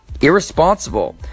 irresponsible